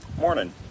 Morning